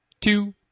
two